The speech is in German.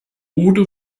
oder